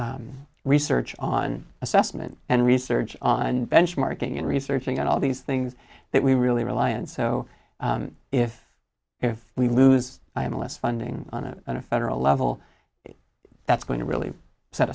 research on assessment and research on benchmarking and researching and all these things that we really rely and so if if we lose i am less funding on it on a federal level that's going to really set